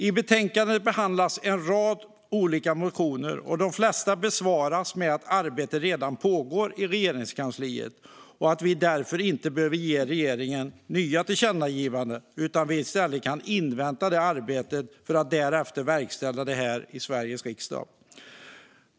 I betänkandet behandlas en rad olika motioner. De flesta besvaras med att arbetet redan pågår i Regeringskansliet. Därför behöver vi inte ge regeringen nya tillkännagivanden, utan vi kan i stället invänta arbetet för att därefter verkställa det här i Sveriges riksdag.